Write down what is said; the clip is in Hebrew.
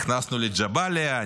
נכנסו לג'באליה,